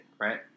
right